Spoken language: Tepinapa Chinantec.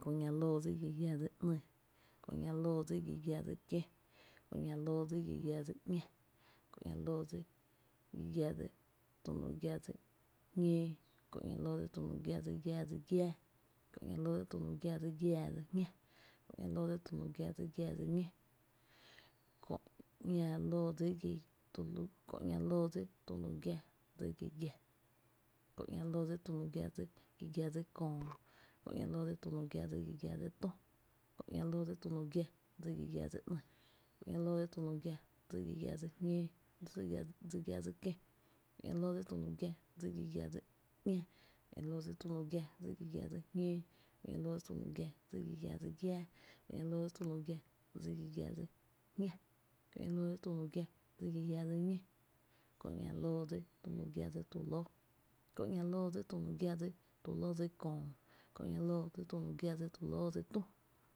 Kö ´ña loo dsi tu lu giⱥ dsi gi giⱥ dsi ´ny, Kö ´ña loo dsi tu lu giⱥ dsi gi giⱥ dsi kiö, Kö ´ña loo dsi tu lu giⱥ dsi gi giⱥ dsi ´ña, Kö ´ña loo dsi tu lu giⱥ dsi gi giⱥ dsi jñóo, Kö ´ña loo dsi tu lu giⱥ dsi gi giⱥ dsi giáá, Kö ´ña loo dsi tu lu giⱥ dsi gi giⱥ dsi jñá, Kö ´ña loo dsi tu lu giⱥ dsi gi giⱥ dsi ñó, Kö ´ña loo dsi tu lu giⱥ dsi tulóo, Kö ´ña loo dsi tu lu giⱥ dsi tulóo dsi köö, Kö ´ña loo dsi tu lu giⱥ dsi tulóo dsi tü